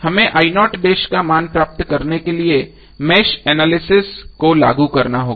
हमें का मान प्राप्त करने के लिए मेष एनालिसिस को लागू करना होगा